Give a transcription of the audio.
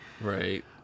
Right